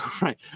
Right